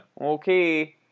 Okay